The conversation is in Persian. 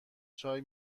چای